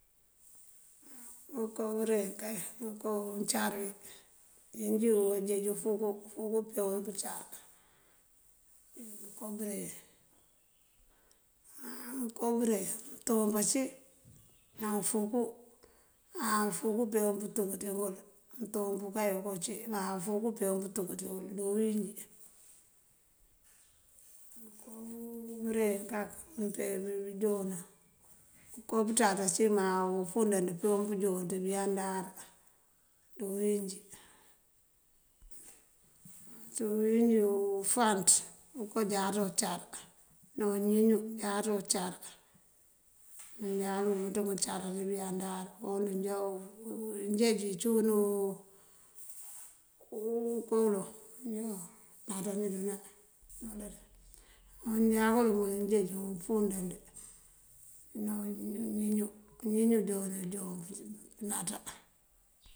Ngёnko bёreŋ kay unkoo uncárёwi enjii wun kaajej ufúungú. Ufúungú peewun pëëcar na ngëko bëreŋ. Ngënko bëreŋ túump ací ná ufúungú. Maa ufúungú apeewul pëtuk ţingul. Túump ka wuko ací maa ufúungú apeewul pëtuk tíiwul di uwínjí. Ukoo bëreŋ kak umpee pëënjon, ukopëţaţ ací maa ufúundand peewun pëënjon ţí bëëyandar di úwínjí. Tí úwínjí ufanţ okaa jáaţa ucar ná uñiñú jáaţá ucar. Ujáaţá ucar di bëëyandar. Koondú joo unjeej uwí cíiwun ukooloŋ náaţáanin. Uwunjákun wulëwi jeejëwin ufúundand yoo ni uñiñú joo unoon pëënátá.